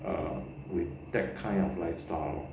err with that kind of lifestyle